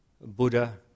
Buddha